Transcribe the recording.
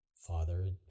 father